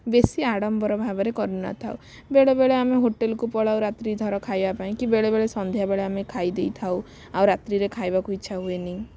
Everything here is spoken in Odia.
ବେଶୀ ଆଡ଼ମ୍ବର ଭାବରେ କରିନଥାଉ ବେଳେ ବେଳେ ଆମେ ହୋଟେଲ୍କୁ ପଳାଉ ରାତ୍ରି ଥର ଖାଇବା ପାଇଁକି ବେଳେ ବେଳେ ସନ୍ଧ୍ୟାବେଳେ ଆମେ ଖାଇ ଦେଇଥାଉ ଆଉ ରାତ୍ରିରେ ଖାଇବାକୁ ଇଚ୍ଛା ହୁଏନି